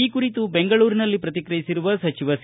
ಈ ಕುರಿತು ಬೆಂಗಳೂರಿನಲ್ಲಿ ಪ್ರತಿಕ್ರಿಯಿಸಿರುವ ಸಚಿವ ಸಿ